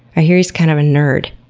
i hear he's kind of a nerd.